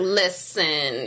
listen